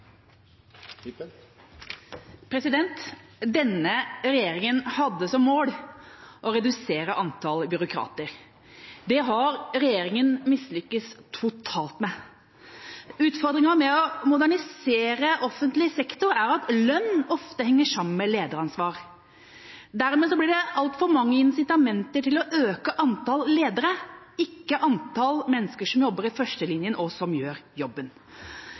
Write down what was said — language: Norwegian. høst. Denne regjeringa hadde som mål å redusere antall byråkrater. Det har regjeringa mislyktes totalt med. Utfordringen med å modernisere offentlig sektor er at lønn ofte henger sammen med lederansvar. Dermed blir det altfor mange incitamenter til å øke antall ledere og ikke antall mennesker som jobber i førstelinjen, og som gjør jobben.